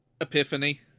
epiphany